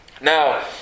Now